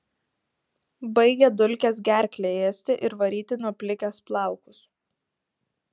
baigia dulkės gerklę ėsti ir varyti nuo plikės plaukus